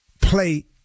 play